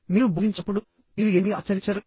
మీరు బోధించనప్పుడు మీరు ఏమి ఆచరించరు